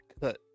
cut